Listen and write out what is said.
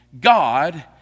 God